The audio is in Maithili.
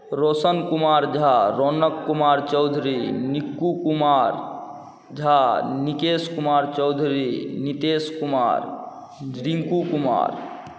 रौशन कुमार झा रौनक कुमार चौधरी नीकु कुमार झा निकेश कुमार चौधरी नितेश कुमार रिन्कू कुमार